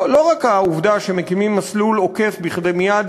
לא רק העובדה שמקימים מסלול עוקף כדי מייד